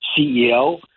CEO